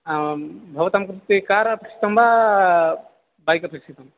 आं भवतां कृते कार् अपेक्षितं वा बैक् अपेक्षितम्